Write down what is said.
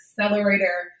Accelerator